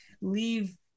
leave